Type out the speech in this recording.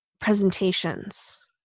presentations